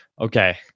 okay